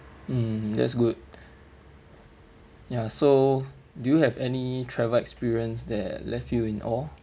um that's good ya so do you have any travel experience that left you in awe